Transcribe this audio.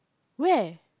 where